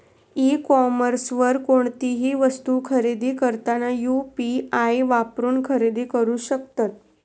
E कॉमर्सवर कोणतीही वस्तू खरेदी करताना यू.पी.आई वापरून खरेदी करू शकतत